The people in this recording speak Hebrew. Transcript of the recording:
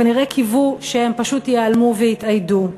כנראה קיוו שהם פשוט ייעלמו ויתאיידו.